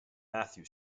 matthew